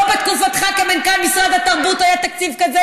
לא בתקופתך כמנכ"ל משרד התרבות היה תקציב כזה